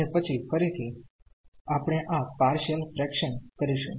અને પછી ફરિથી આપણે આ પારશીયલ ફ્રેક્શન કરીશું